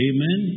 Amen